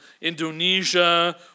Indonesia